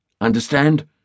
Understand